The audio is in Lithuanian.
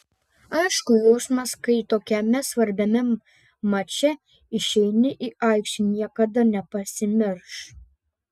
aišku jausmas kai tokiame svarbiame mače išeini į aikštę niekada nepasimirš